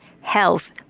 health